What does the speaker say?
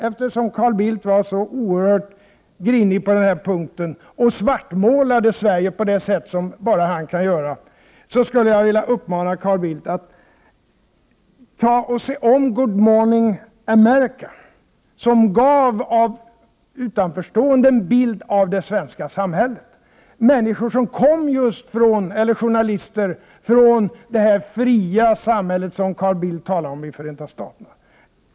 Eftersom Carl Bildt var så oerhört grinig på den här punkten och svartmålade Sverige på det sätt som bara han kan göra, skulle jag vilja uppmana Carl Bildt att ta och se om ”Good morning, America”, där utomstående gav en bild av det svenska samhället, journalister som kom just från det här ”fria” samhället som Carl Bildt talar om, Förenta Staterna.